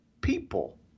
people